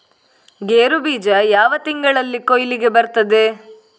ಗೇರು ಬೀಜ ಯಾವ ತಿಂಗಳಲ್ಲಿ ಕೊಯ್ಲಿಗೆ ಬರ್ತದೆ?